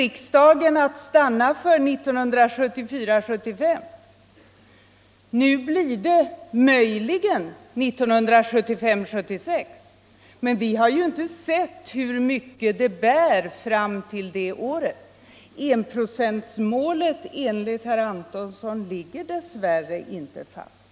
Riksdagen beslöt att det skulle uppnås 1974 1976, men vi har ju inte sett hur mycket = Ytterligare insatser det bär fram till det året. Enprocentsmålet har dess värre inte legat fast, för svältdrabbade herr Antonsson!